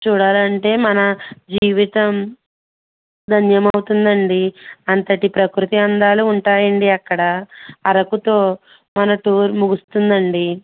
చూడాలి అంటే మన జీవితం ధన్యమవుతుంది అండి అంతటి ప్రకృతి అందాలు ఉంటాయి అండి అక్కడ అరకుతో మన టూర్ ముగుస్తుంది అండి